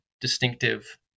distinctive